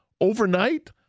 overnight